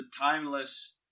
timeless